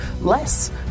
less